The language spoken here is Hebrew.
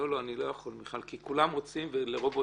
אני לא יכול, מיכל, כי כולם רוצים ולרוברט